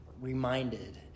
reminded